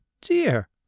dear